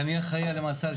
איתן מנשה, מפקד מרחב מנשה.